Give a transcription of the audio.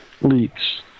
leaks